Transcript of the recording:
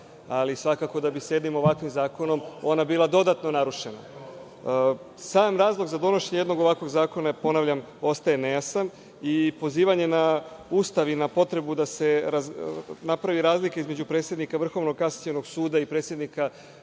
ali svakako da bi s jednim ovakvim zakonom ona bila dodatno narušena. Sam razlog za donošenje jednog ovakvog zakona, ponavljam, ostaje nejasan i pozivanje na Ustav i na potrebu da se napravi razlika između predsednika Vrhovnog kasacionog suda i predsednika